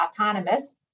autonomous